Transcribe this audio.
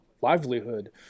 livelihood